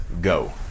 go